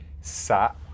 sat